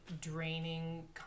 draining